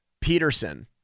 Peterson –